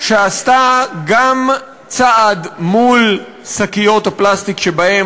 שעשתה גם צעד מול שקיות הפלסטיק שבהן